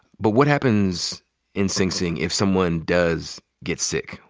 but what happens in sing sing if someone does get sick?